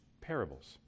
parables